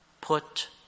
Put